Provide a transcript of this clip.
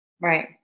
Right